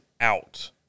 out